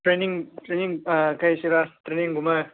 training training ꯀꯔꯤ ꯍꯥꯏꯁꯤꯔꯥ ꯇ꯭ꯔꯦꯅꯤꯡꯒꯨꯝꯕ